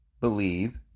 believe